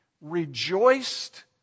rejoiced